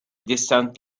distant